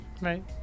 Right